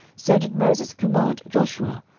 so did moses command joshua,